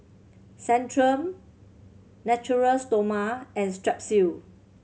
Centrum Natura Stoma and Strepsil